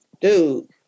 dude